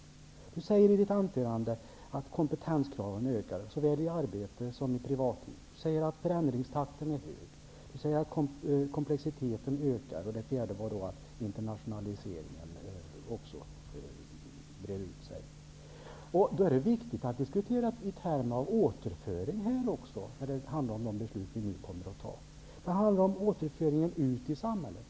I sitt anförande sade Per Unckel att kompetenskraven ökar såväl i arbetet som i privatlivet. Per Unckel sade vidare att förändringstakten är hög, att komplexiteten ökar och att internationaliseringen också brer ut sig. Då är det viktigt att även diskutera i termer av återföring i samband med de beslut som vi nu kommer att fatta. Det handlar om återföringen ut i samhället.